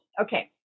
Okay